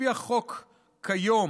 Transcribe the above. לפי החוק כיום,